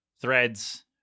threads